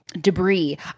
debris